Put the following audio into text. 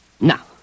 Now